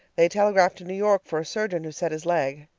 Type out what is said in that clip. they telegraphed to new york for a surgeon, who set his leg.